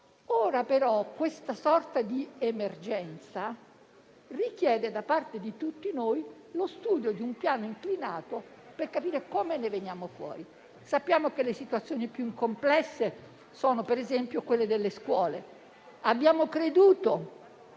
Ora però questa sorta di emergenza richiede da parte di tutti noi lo studio di un piano inclinato per capire come ne veniamo fuori. Sappiamo che le situazioni più complesse sono, per esempio, quelle delle scuole: abbiamo creduto